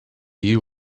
you